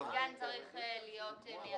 הסגן צריך להיות מייצג מפלגה של מיעוט לאומי.